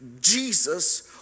Jesus